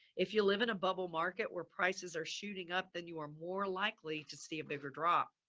if you live in a bubble market where prices are shooting up, then you are more likely to see a bigger drop.